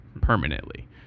permanently